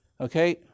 okay